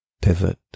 pivot